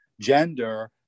gender